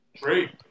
Great